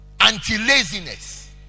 Anti-laziness